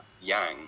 yang